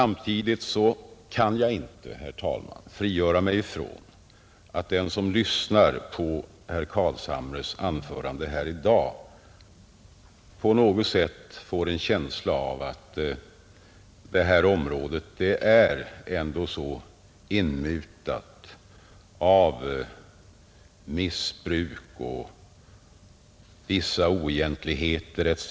Men jag kan inte frigöra mig från intrycket att den som lyssnade till herr Carlshamres anförande här i dag på något sätt måste få en känsla av att det här området är väldigt inmutat av missbruk, vissa oegentligheter, etc.